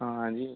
हां हां जी